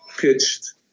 pitched